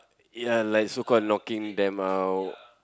ya like so called knocking them out